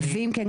אני אומר,